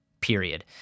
Period